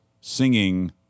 singing